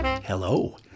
Hello